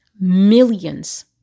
Millions